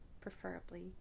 preferably